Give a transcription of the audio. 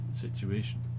situation